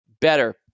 better